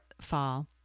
fall